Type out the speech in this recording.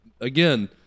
again